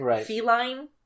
feline